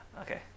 Okay